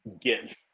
give